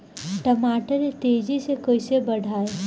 टमाटर के तेजी से कइसे बढ़ाई?